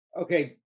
Okay